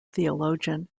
theologian